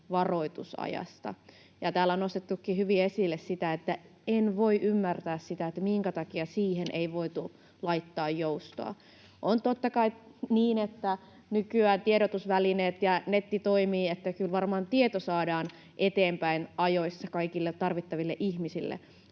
varoitusajasta. Täällä on nostettukin hyvin esille sitä, että ”en voi ymmärtää sitä, minkä takia siihen ei voitu laittaa joustoa”. On totta kai niin, että nykyään tiedotusvälineet ja netti toimivat, niin että kyllä varmaan tieto saadaan eteenpäin ajoissa kaikille tarvittaville ihmisille,